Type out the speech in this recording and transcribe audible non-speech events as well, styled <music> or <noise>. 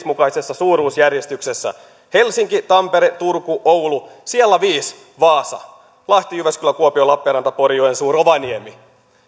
<unintelligible> mukaisessa suuruusjärjestyksessä helsinki tampere turku oulu viidennellä sijalla vaasa lahti jyväskylä kuopio lappeenranta pori joensuu rovaniemi